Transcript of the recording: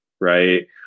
right